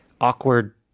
awkward